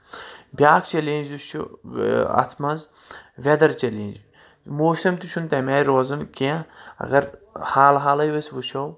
بیاکھ چلینج یُس چھُ اتھ منٛز ویدر چیلینج موسم تہِ چھُنہٕ تمہِ آیہِ روزن کینٛہہ اگر حال حالٕے أسۍ وٕچھو